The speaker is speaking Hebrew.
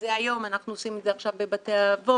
במרכזי היום, אנחנו עושים את זה עכשיו בבתי אבות,